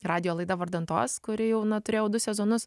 radijo laida vardan tos kuri jau na turėjau du sezonus